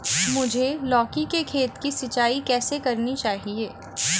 मुझे लौकी के खेत की सिंचाई कैसे करनी चाहिए?